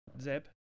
Zeb